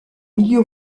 milieu